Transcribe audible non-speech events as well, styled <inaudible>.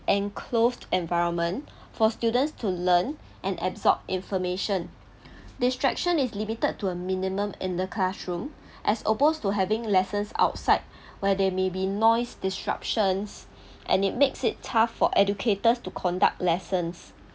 enclosed environment for students to learn and absorb information <breath> distraction is limited to a minimum in the classroom as opposed to having lessons outside <breath> where there may be noise disruptions and it makes it tough for educators to conduct lessons